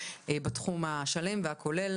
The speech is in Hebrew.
בתחום השלם והכולל.